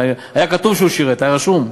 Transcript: היה כתוב שהוא שירת, היה רשום.